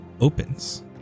opens